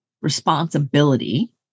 responsibility